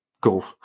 go